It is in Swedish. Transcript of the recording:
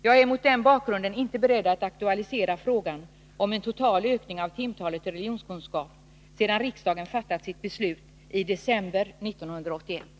Jag är mot den bakgrunden inte beredd att aktualisera frågan om en total ökning av timtalet i religionskunskap sedan riksdagen fattat sitt beslut i december 1981.